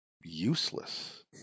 useless